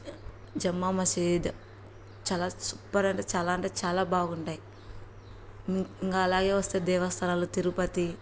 జమ్మా మసీద్ చాలా సూపర్ అంటే చాలా అంటే చాలా బాగుంటాయి ఇంకా అలాగే వస్తే దేవస్థానాలు తిరుపతి